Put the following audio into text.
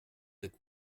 sept